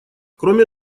кроме